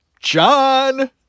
John